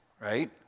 Right